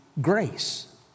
grace